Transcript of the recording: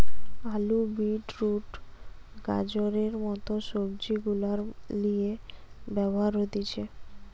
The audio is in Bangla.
আলু, বিট রুট, গাজরের মত সবজি গুলার লিয়ে ব্যবহার হতিছে